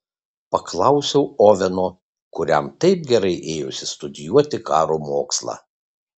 paklausiau oveno kuriam taip gerai ėjosi studijuoti karo mokslą